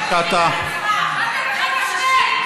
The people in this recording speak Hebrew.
מה אתה בכלל משווה?